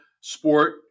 sport